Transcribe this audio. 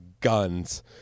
guns